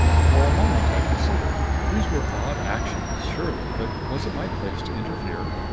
for a moment i considered. these were odd actions, surely but was it my place to interfere?